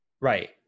Right